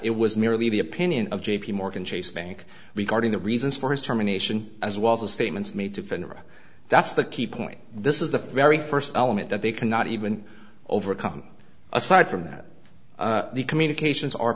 it was merely the opinion of j p morgan chase bank regarding the reasons for his terminations as well as the statements made to finish that's the key point this is the very first element that they cannot even overcome aside from that the communications are